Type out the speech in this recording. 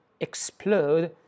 explode